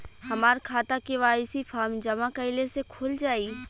हमार खाता KYC form जमा कइले से खुल जाई?